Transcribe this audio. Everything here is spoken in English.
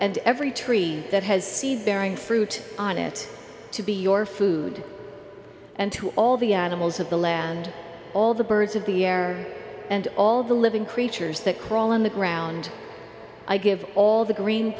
and every tree that has seized bearing fruit on it to be your food and to all the animals of the land all the birds of the air and all the living creatures that crawl in the ground i give all the green